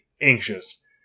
anxious